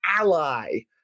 ally